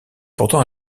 pourtant